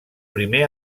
primer